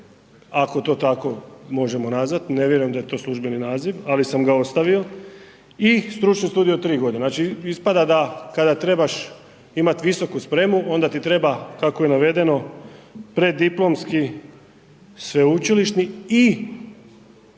ako to tako možemo nazvati, ne vjerujem da je to službeni naziv, ali sam ga ostavio i stručni studij od tri godine. Znači ispada kada trebaš imati visoku spremu onda ti treba kako je navedeno preddiplomski sveučilišni i diplomski